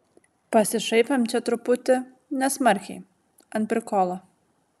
pasišaipėm čia truputį nesmarkiai ant prikolo